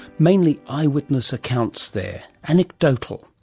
mainly eyewitness accounts there, anecdotal.